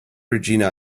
regina